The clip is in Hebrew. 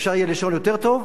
אפשר יהיה לישון יותר טוב?